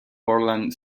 portland